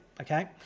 okay